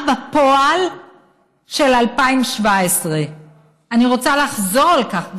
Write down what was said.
בפועל של 2017. אני רוצה לחזור על כך,